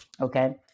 okay